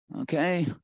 okay